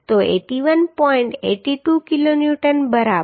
82 kilonewton બરાબર